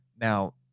Now